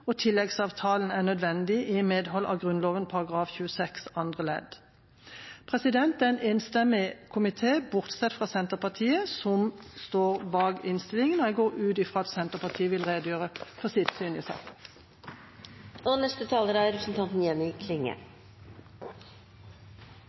og tilleggsavtalen er nødvendig i medhold av Grunnloven § 26 andre ledd. En enstemmig komité, bortsett fra Senterpartiet, står bak innstillingen, og jeg går ut fra at Senterpartiet vil redegjøre for sitt syn i saken.